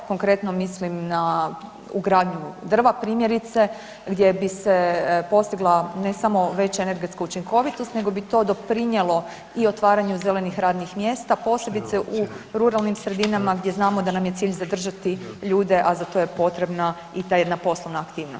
Konkretno, mislim na ugradnju drva, primjerice, gdje bi se postigla, ne samo veća energetska učinkovitost nego bi to doprinijelo i otvaranju zelenih radnih mjesta, posebice u ruralnim sredinama, gdje znamo da nam je cilj zadržati ljude, a za to je potrebna i ta jedna poslovna aktivnost?